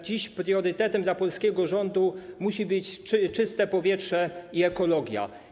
Dziś priorytetem dla polskiego rządu musi być czyste powietrze i ekologia.